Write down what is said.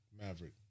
Maverick